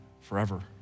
forever